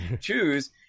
choose